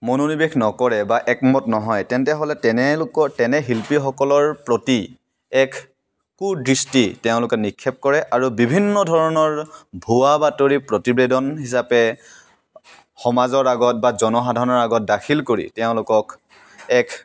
মনোনিৱেশ নকৰে বা একমত নহয় তেনেহ'লে তেনে শিল্পীসকলৰ প্ৰতি এক কু দৃষ্টি তেওঁলোকে নিক্ষেপ কৰে আৰু বিভিন্ন ধৰণৰ ভুৱা বাতৰি প্ৰতিবেদন হিচাপে সমাজৰ আগত বা জনসাধাৰণৰ আগত দাখিল কৰি তেওঁলোকক এক